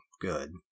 good